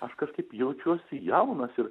aš kažkaip jaučiuosi jaunas ir